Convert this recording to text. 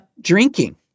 Drinking